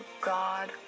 God